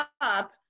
up